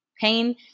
pain